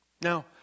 Now